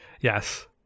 yes